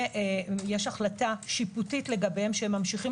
ויש החלטה שיפוטית לגביהם שהם ממשיכים